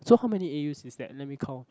so how many A_U is that let me count